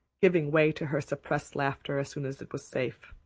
giving way to her suppressed laughter as soon as it was safe.